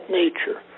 nature